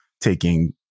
taking